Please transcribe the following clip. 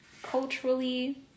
Culturally